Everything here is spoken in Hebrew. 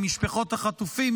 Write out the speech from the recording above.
ממשפחות החטופים,